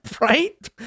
Right